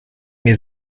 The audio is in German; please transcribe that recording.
mir